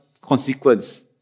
consequence